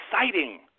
exciting